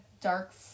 dark